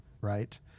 right